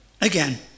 Again